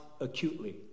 acutely